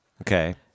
Okay